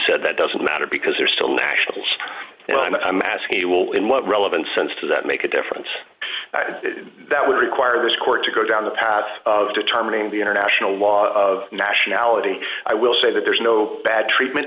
said that doesn't matter because they're still nationals and i'm as he will in what relevant sense to that make a difference that would require this court to go down the path of determining the international law of nationality i will say that there is no bad treatment